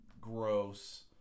gross